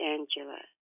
Angela